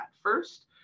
first